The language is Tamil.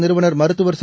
நிறுவனர் மருத்துவர் ச